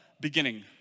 beginning